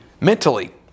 mentally